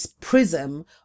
prism